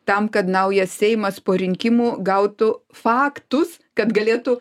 tam kad naujas seimas po rinkimų gautų faktus kad galėtų